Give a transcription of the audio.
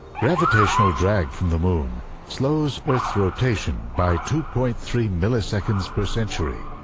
gravitational drag from the moon slows earth's rotation by two point three milliseconds per century.